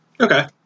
Okay